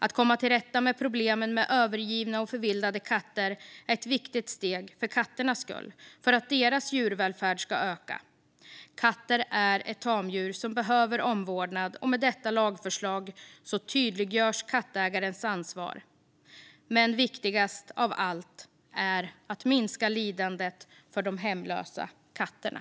Att komma till rätta med problemen med övergivna och förvildade katter är ett viktigt steg för katternas skull, för att deras djurvälfärd ska öka. Katter är ett tamdjur som behöver omvårdnad, och med detta lagförslag tydliggörs kattägarens ansvar. Men viktigast av allt är att minska lidandet för de hemlösa katterna.